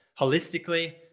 holistically